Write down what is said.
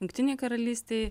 jungtinei karalystei